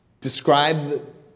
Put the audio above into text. describe